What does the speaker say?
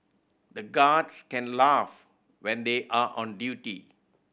the guards can laugh when they are on duty